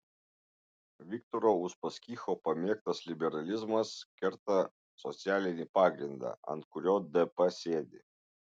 viktoro uspaskicho pamėgtas liberalizmas kerta socialinį pagrindą ant kurio dp sėdi